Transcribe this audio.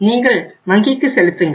நீங்கள் வங்கிக்கு செலுத்துங்கள்